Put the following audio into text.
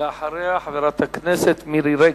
אחריה, חברת הכנסת מירי רגב.